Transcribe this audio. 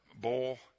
bowl